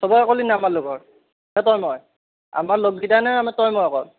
চবকে ক'লি নে আমাৰ লগৰ নে তই মই আমাৰ লগ গিটা নে তই মই অকল